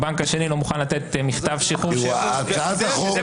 הבנק השני לא מוכן לתת מכתב שחרור --- מה שאין